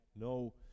no